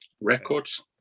Records